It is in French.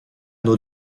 nos